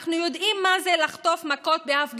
אנחנו יודעים עם מה זה לחטוף מכות בהפגנות